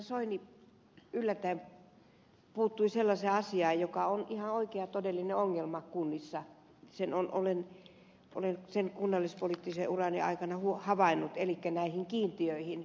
soini yllättäen puuttui sellaiseen asiaan joka on ihan oikea todellinen ongelma kunnissa olen sen kunnallispoliittisen urani aikana havainnut elikkä näihin kiintiöihin